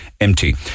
empty